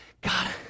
God